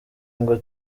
ngo